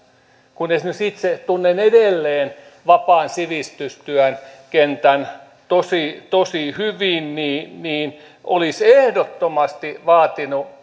kun esimerkiksi itse tunnen edelleen vapaan sivistystyön kentän tosi tosi hyvin niin niin olisin ehdottomasti vaatinut